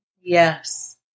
Yes